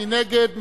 מי נגד?